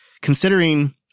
considering